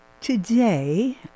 Today